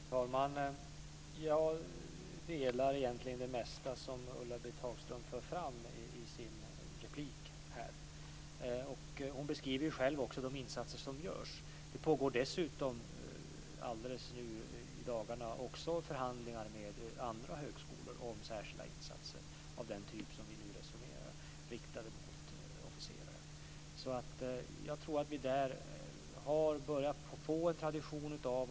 Fru talman! Jag delar Ulla-Britt Hagströms uppfattning om det mesta av det som hon för fram i sin replik. Hon beskriver själv de insatser som görs. Det pågår dessutom nu i dagarna förhandlingar med andra högskolor om särskilda insatser av den typ som vi nu resonerar om riktade mot officerare. Jag tror att vi håller på att få en tradition här.